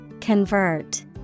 Convert